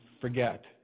forget